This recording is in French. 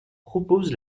propose